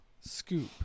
scoop